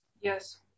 Yes